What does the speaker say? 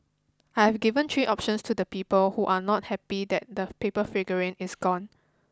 I've given three options to the people who are not happy that the paper figurine is gone